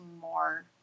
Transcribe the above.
more